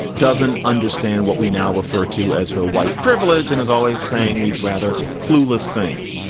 doesn't understand what we now refer to as her white privilege and is always saying these rather clueless things.